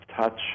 touch